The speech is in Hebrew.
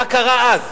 מה קרה אז?